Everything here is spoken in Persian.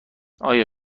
آیا